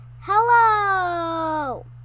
Hello